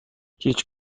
هیچ